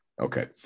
Okay